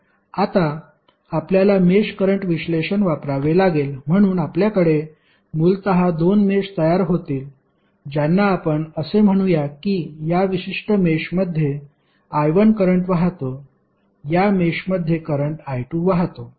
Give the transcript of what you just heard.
आता आपल्याला mesh current विश्लेषण वापरावे लागेल म्हणून आपल्याकडे मूलत दोन मेष तयार होतील ज्यांना आपण असे म्हणूया की या विशिष्ट मेषमध्ये I1 करंट वाहतो या मेषमध्ये करंट I2 वाहतो